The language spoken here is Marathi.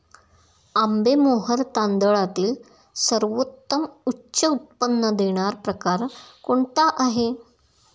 आंबेमोहोर तांदळातील सर्वोत्तम उच्च उत्पन्न देणारा प्रकार कोणता आहे?